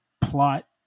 plot